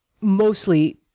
mostly